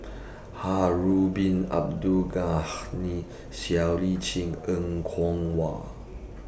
Harun Bin Abdul Ghani Siow Lee Chin Er Kwong Wah